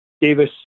Davis